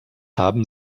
haben